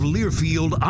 Learfield